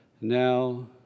now